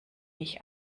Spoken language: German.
mich